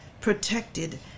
protected